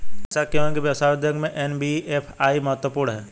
ऐसा क्यों है कि व्यवसाय उद्योग में एन.बी.एफ.आई महत्वपूर्ण है?